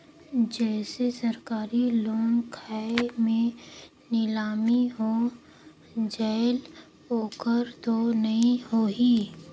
जैसे सरकारी लोन खाय मे नीलामी हो जायेल ओकर तो नइ होही?